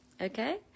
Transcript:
okay